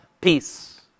peace